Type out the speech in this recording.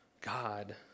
God